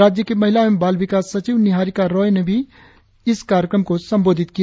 राज्य की महिला एवं बाल विकास सचिव निहारिका राय ने भी कार्यक्रम को संबोधित किया